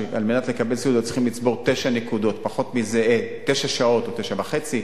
כדי לקבל סיעוד היו צריכים לצבור תשע שעות או תשע וחצי.